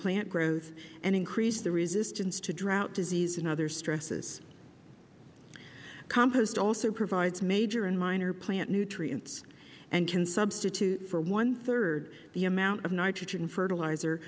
plant growth and increase the resistance to drought disease and other stresses compost also provides major and minor plant nutrients and can substitute for one third the amount of nitrogen fertilizer